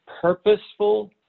purposeful